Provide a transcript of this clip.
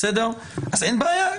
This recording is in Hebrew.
אז אין בעיה.